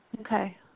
Okay